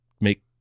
make